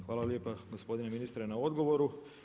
Hvala lijepa gospodine ministre na odgovoru.